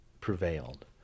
prevailed